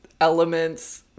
elements